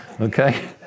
Okay